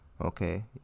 Okay